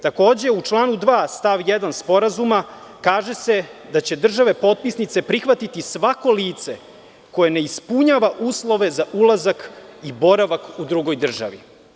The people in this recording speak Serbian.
Takođe u članu 2. stav 1. Sporazuma kaže se da će države potpisnice prihvatiti svako lice koje ne ispunjava uslove za ulazak i boravak u drugoj državi.